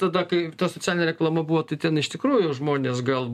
tada kai ta socialinė reklama buvo tai ten iš tikrųjų žmonės gal